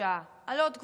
חדשה על עוד קבוצות,